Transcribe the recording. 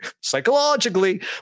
psychologically